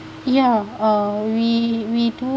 ya uh we we do